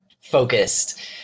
focused